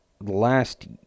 last